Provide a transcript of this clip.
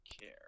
care